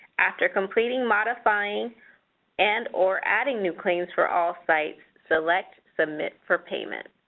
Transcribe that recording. after completing modifying and or adding new claims for all sites, select submit for payment.